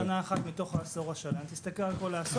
אתה מדבר על שנה אחת.תסתכל על כל העשור.